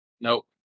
Nope